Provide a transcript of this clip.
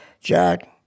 Jack